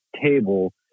table